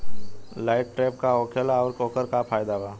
Light trap का होखेला आउर ओकर का फाइदा बा?